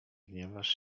gniewasz